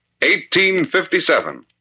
1857